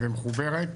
למחוברת,